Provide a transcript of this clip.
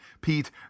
pete